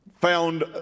found